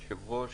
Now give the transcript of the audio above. היושב-ראש,